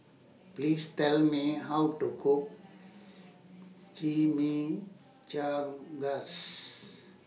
Please Tell Me How to Cook Chimichangas